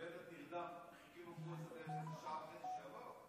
בנט נרדם, חיכינו פה בערך שעה וחצי שהוא יבוא.